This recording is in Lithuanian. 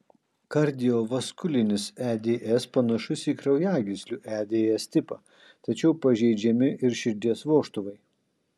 kardiovaskulinis eds panašus į kraujagyslių eds tipą tačiau pažeidžiami ir širdies vožtuvai